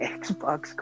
xbox